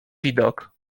widok